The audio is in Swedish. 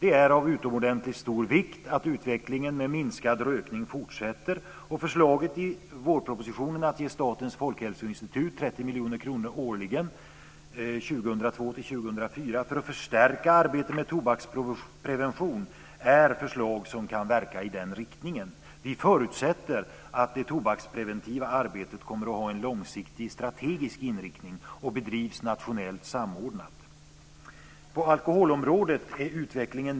Det är av utomordentligt stor vikt att utvecklingen med minskad rökning fortsätter, och förslaget i vårpropositionen om att ge Statens folkhälsoinstitut 30 miljoner kronor årligen 2002-2004 för att förstärka arbetet med tobaksprevention är ett förslag som kan verka i den riktningen.